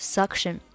Suction